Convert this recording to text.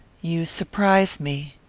you surprise me.